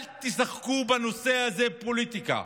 לכן, אל תשחקו בנושא הזה פוליטיקה.